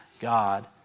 God